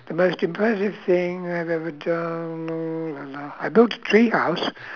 the most impressive thing I've ever done uh I built a tree house